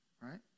right